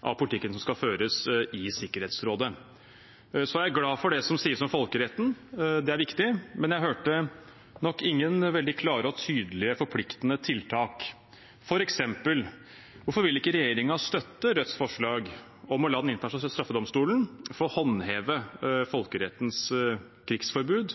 av politikken som skal føres i Sikkerhetsrådet. Så er jeg glad for det som sies om folkeretten – det er viktig. Men jeg hørte nok ingen veldig klare og tydelige forpliktende tiltak. For eksempel: Hvorfor vil ikke regjeringen støtte Rødts forslag om å la den internasjonale straffedomstolen få håndheve folkerettens krigsforbud?